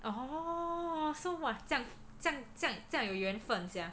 oh so much 这样这样这样这样有缘份 sia